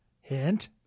Hint